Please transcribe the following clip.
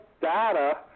data